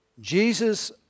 Jesus